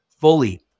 fully